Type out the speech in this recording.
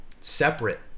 separate